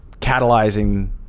catalyzing